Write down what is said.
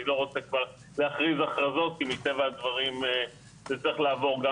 אני לא רוצה להכריז הכרזות כי מטבע הדברים הוא צריך לעבור גם